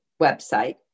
website